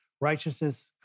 Righteousness